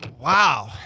Wow